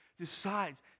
decides